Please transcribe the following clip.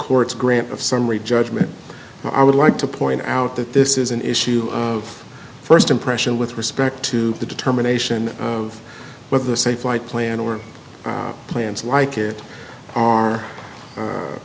court's grant of summary judgment i would like to point out that this is an issue of first impression with respect to the determination of whether safelight plan or plans like it are